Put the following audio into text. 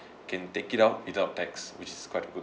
can take it out without tax which is quite good